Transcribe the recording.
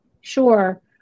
Sure